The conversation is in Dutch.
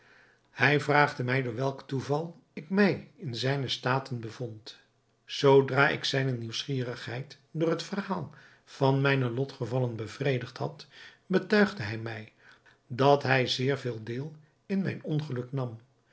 hij vraagde mij door welk toeval ik mij in zijne staten bevond zoodra ik zijne nieuwsgierigheid door het verhaal van mijne lotgevallen bevredigd had betuigde hij mij dat hij zeer veel deel in mijn ongeluk nam